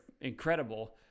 incredible